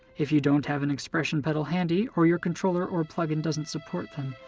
if you don't have an expression pedal handy or your controller or plug-in doesn't support them,